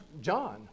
John